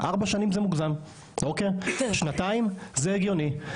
ארבע שנים זה מוגזם, שנתיים זה הגיוני.